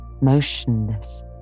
motionless